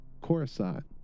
Coruscant